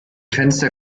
fenster